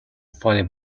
funny